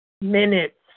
Minutes